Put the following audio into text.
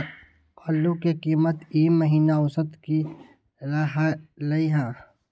आलू के कीमत ई महिना औसत की रहलई ह?